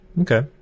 Okay